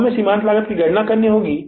अब हमें सीमांत लागत की गणना करनी होगी